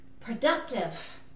productive